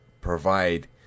provide